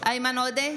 איימן עודה,